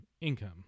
income